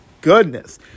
goodness